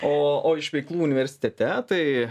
o o iš veiklų universitete tai